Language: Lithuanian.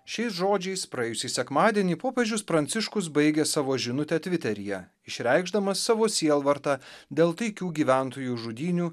šiais žodžiais praėjusį sekmadienį popiežius pranciškus baigė savo žinutę tviteryje išreikšdamas savo sielvartą dėl taikių gyventojų žudynių